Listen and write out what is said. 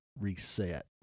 reset